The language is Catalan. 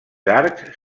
arcs